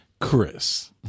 Chris